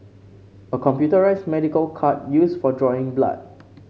a computerised medical cart used for drawing blood